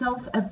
self